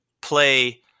play